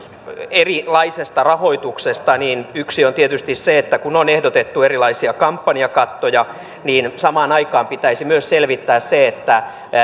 erilaisesta rahoituksesta niin yksi on tietysti se että kun on ehdotettu erilaisia kampanjakattoja niin samaan aikaan pitäisi myös selvittää se että